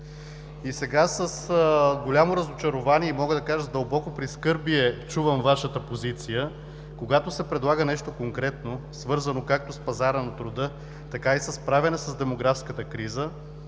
Сега с голямо разочарование, мога да кажа с дълбоко прискърбие, чувам Вашата позиция, когато се предлага нещо конкретно, свързано както с пазара на труда, така и със справяне с демографската криза,